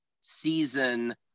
season